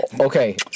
Okay